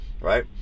right